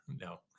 no